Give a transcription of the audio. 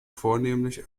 vornehmlich